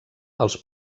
els